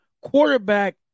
quarterback